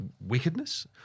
wickedness